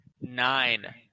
nine